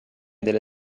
della